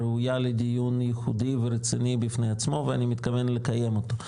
ראויה לדיון ייחודי ורציני בפני עצמו ואני מתכוון לקיים אותו,